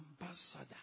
ambassador